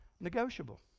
negotiable